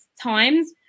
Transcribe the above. times